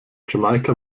jamaika